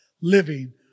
living